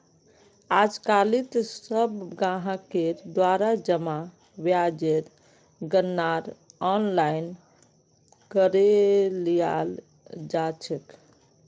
आजकालित सब ग्राहकेर द्वारा जमा ब्याजेर गणनार आनलाइन करे लियाल जा छेक